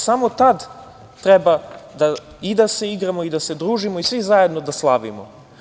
Samo tada treba da igramo i da se družimo i da svi zajedno slavimo.